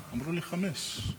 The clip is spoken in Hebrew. אמרו לי חמש.